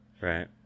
right